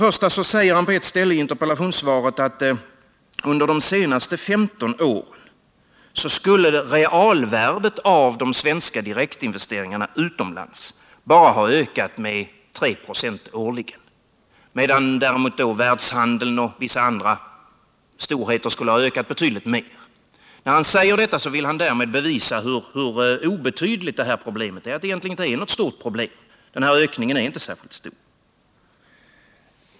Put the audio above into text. På ett ställe i interpellationssvaret säger Gösta Bohman att under de senaste 15 åren skulle realvärdet av de svenska direktinvesteringarna utomlands bara ha ökat med 3 96 årligen, medan däremot världshandeln och vissa andra storheter skulle ha ökat betydligt mer. Därmed vill han bevisa hur obetydligt problemet är, att det egentligen inte är något stort problem, att ökningen inte är särskilt stor.